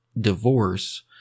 divorce